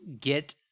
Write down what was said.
get